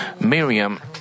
Miriam